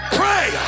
pray